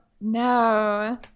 no